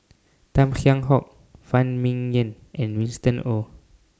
Tan Kheam Hock Phan Ming Yen and Winston Oh